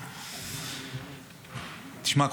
תשמע,